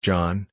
John